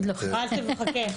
חכה.